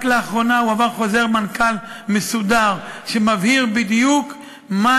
רק לאחרונה הועבר חוזר מנכ"ל מסודר שמבהיר בדיוק מה